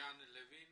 דיאן לוין